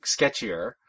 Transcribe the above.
sketchier